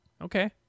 Okay